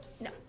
No